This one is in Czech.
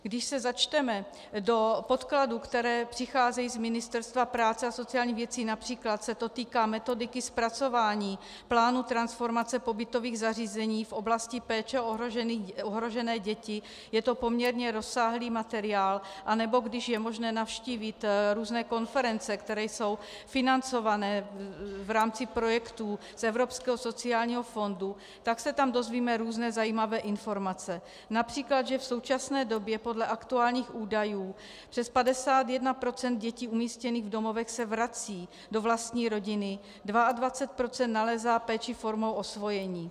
Když se začteme do podkladů, které přicházejí z Ministerstva práce a sociálních věcí, například se to týká metodiky zpracování, plánu transformace pobytových zařízení v oblasti péče o ohrožené děti, je to poměrně rozsáhlý materiál, nebo když je možné navštívit různé konference, které jsou financované v rámci projektů z Evropského sociálního fondu, tak se tam dozvíme různé zajímavé informace, například že v současné době podle aktuálních údajů přes 51 % dětí umístěných v domovech se vrací do vlastní rodiny a 22 % nalézá péči formou osvojení.